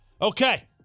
Okay